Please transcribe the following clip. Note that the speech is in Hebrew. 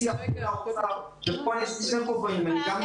אתם צריכים לקבוע מועד אחרון למסירת כל הנתונים